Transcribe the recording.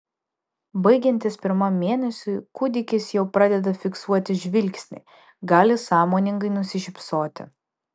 baigiantis pirmam mėnesiui kūdikis jau pradeda fiksuoti žvilgsnį gali sąmoningai nusišypsoti